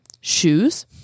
shoes